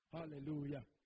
Hallelujah